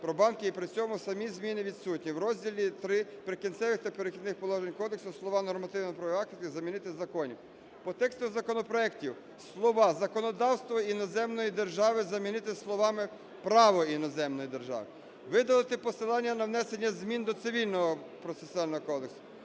про банки і при цьому самі зміни відсутні. В розділі ІІІ в "Прикінцевих та перехідних положеннях" кодексу слова "нормативно-правові акти" замінити "закони". По тексту законопроекту слова "законодавство іноземної держави" замінити словами "право іноземної держави". Видалити посилання на внесення змін до Цивільного процесуального кодексу,